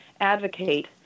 advocate